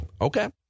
okay